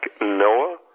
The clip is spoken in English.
Noah